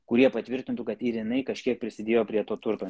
kurie patvirtintų kad ir jinai kažkiek prisidėjo prie to turto